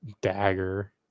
dagger